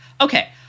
okay